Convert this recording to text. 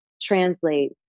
translate